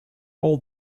all